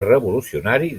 revolucionari